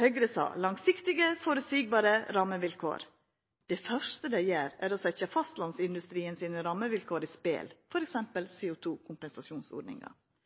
Høgre sa langsiktige, føreseielege rammevilkår. Det første dei gjer, er å setja rammevilkåra til fastlandsindustrien på spel,